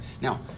Now